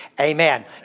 Amen